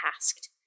tasked